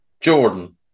Jordan